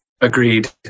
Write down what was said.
Agreed